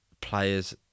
Players